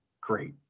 great